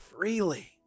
freely